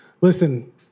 listen